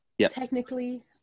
technically